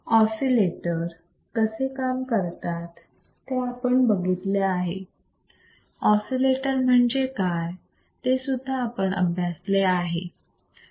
oscillator कसे काम करतात ते आपण बघितले आहे ऑसिलेटर म्हणजे काय तेसुद्धा आपण अभ्यासले आहे